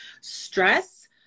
stress